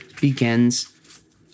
begins